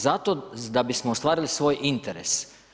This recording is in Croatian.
Zato da bismo ostvarili svoj interes.